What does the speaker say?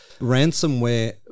Ransomware